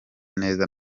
neza